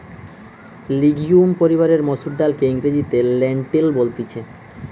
legume পরিবারের মসুর ডালকে ইংরেজিতে লেন্টিল বলতিছে